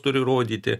turi rodyti